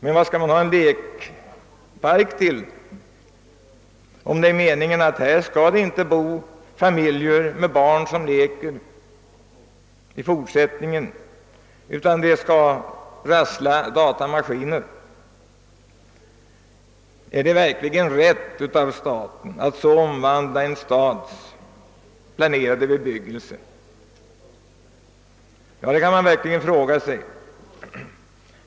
Men vad skall man ha en lekpark till, om det är meningen att inom området inte skall bo familjer med barn i fortsättningen? Där kommer bara att rassla datamaskiner. Är det verkligen rätt av staten att så omvandla en stadsplanerad bebyggelse? Det kan man verkligen fråga.